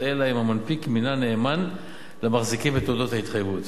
אלא אם כן המנפיק מינה נאמן למחזיקים בתעודות התחייבות.